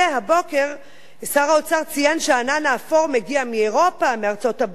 הבוקר שר האוצר ציין שהענן האפור מגיע מאירופה ומארצות-הברית,